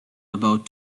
about